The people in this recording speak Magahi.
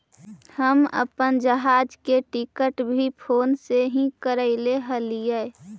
हम अपन जहाज के टिकट भी फोन से ही करैले हलीअइ